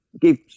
give